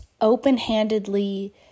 open-handedly